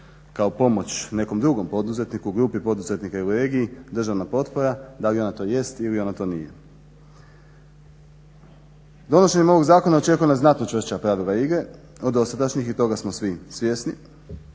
kao pomoć nekom drugom poduzetniku, grupi poduzetnika ili regiji državna potpora da li ona to jest ili ona to nije. Donošenjem ovog zakona očekuje nas znatno čvršća pravila igre od dosadašnjih i toga smo svi svjesni.